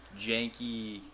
janky